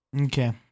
Okay